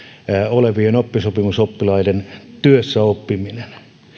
olevien oppisopimusoppilaiden työssäoppiminen